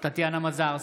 טטיאנה מזרסקי,